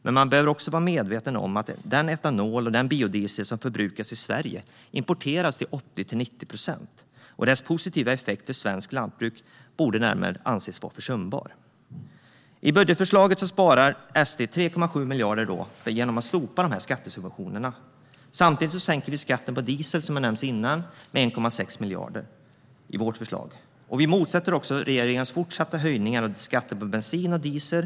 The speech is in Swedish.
Men man bör vara medveten om att den etanol och biodiesel som förbrukas i Sverige till 80-90 procent importeras och att dess positiva effekt för svenskt lantbruk därmed borde anses vara försumbar. I budgetförslaget sparar SD 3,7 miljarder genom att slopa dessa skatte-subventioner. Samtidigt sänker vi skatten på diesel med 1,6 miljarder, vilket har nämnts tidigare. Vi motsätter oss även regeringens fortsatta höjningar av skatten på bensin och diesel.